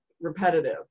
repetitive